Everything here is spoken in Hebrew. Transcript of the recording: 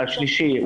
השלישי,